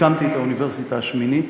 הקמתי את האוניברסיטה השמינית,